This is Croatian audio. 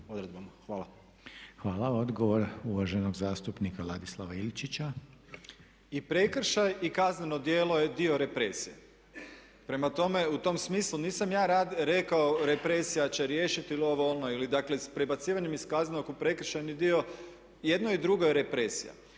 (HDZ)** Hvala. Odgovor uvaženog zastupnika Ladislava Ilčića. **Ilčić, Ladislav (HRAST)** I prekršaj i kazneno djelo je dio represije. Prema tome u tom smislu nisam ja rekao represija će riješiti ili ovo ili ono. Dakle, prebacivanjem iz kaznenog u prekršajni dio jedno i drugo je represija.